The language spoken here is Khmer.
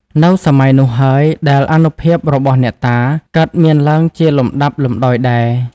នៅសម័យនោះហើយ ដែលអានុភាពរបស់អ្នកតា កើតមានឡើងជាលំដាប់លំដោយដែរ ។